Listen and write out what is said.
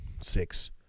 six